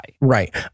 Right